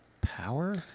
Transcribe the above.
Power